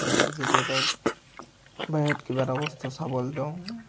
যেতিয়া ধৰক বাহিৰত কিবা এটা বস্তু চাবলৈ যাওঁ